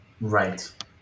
Right